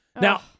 Now